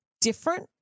different